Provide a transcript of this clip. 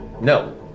No